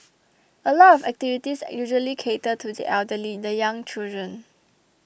a lot of activities usually cater to the elderly the young children